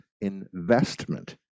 investment